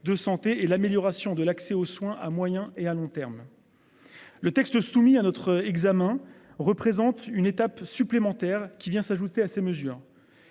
de santé et l'amélioration de l'accès aux soins à moyen et à long terme. Le texte soumis à notre examen représente une étape supplémentaire qui vient s'ajouter à ces mesures.